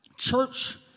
Church